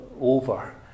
over